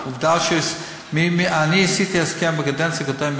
עובדה שאני עשיתי הסכם בקדנציה הקודמת